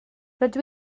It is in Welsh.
rydw